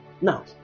Now